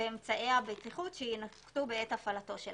ואמצעי הבטיחות שיינקטו בעת הפעלתו.